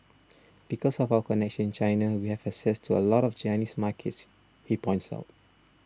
because of our connections in China we have access to a lot of Chinese markets he points out